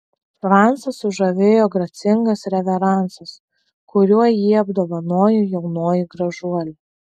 francą sužavėjo gracingas reveransas kuriuo jį apdovanojo jaunoji gražuolė